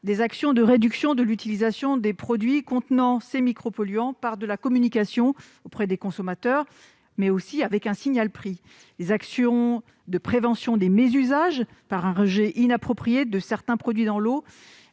des actions de réduction de l'utilisation des produits contenant ces micropolluants par de la communication auprès des consommateurs, mais aussi avec un signal-prix ; enfin, à des actions de prévention des mésusages, par un rejet inapproprié de certains produits dans l'eau.